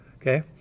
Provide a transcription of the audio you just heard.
okay